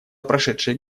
прошедшие